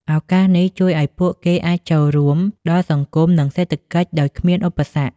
ឱកាសនេះជួយឱ្យពួកគេអាចរួមចំណែកដល់សង្គម និងសេដ្ឋកិច្ចដោយគ្មានឧបសគ្គ។